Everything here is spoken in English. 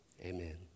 Amen